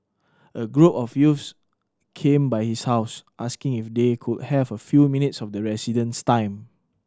a group of youths came by his house asking if they could have a few minutes of the resident's time